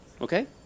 okay